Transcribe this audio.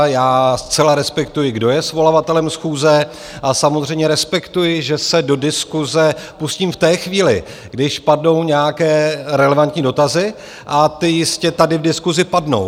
Já zcela respektuji, kdo je svolavatelem schůze, a samozřejmě respektuji, že se do diskuse pustím v té chvíli, když padnou nějaké relevantní dotazy, a ty jistě tady v diskusi padnou.